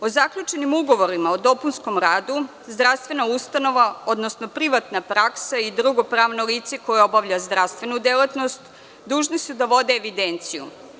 O zaključenim ugovorima o dopunskom radu, zdravstvena ustanova, odnosno privatna praksa i drugo pravno lice koje obavlja zdravstvenu delatnost dužni su da vode evidenciju.